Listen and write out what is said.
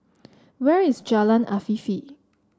where is Jalan Afifi